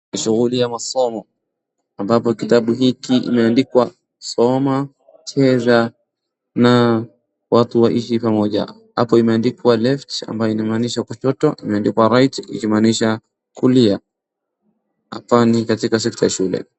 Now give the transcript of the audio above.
Shughuli ya masomo ambapo kitabu hiki imeandikwa soma, cheza na watu waishi pamoja. Hapo imeandikwa left ambayo inaamanisha kushoto, imeandikwa right ikimaanisha kulia hapa ni katika sekta ya shule.